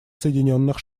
соединенных